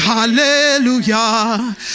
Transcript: hallelujah